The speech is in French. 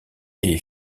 est